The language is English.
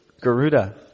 Garuda